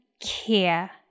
care